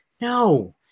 no